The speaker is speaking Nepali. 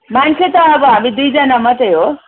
मान्छे त अब हामी दुईजना मात्रै हो